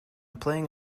playing